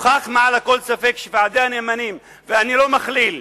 מוכח מעל לכל ספק שוועדי הנאמנים, ואני לא מכליל,